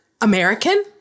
American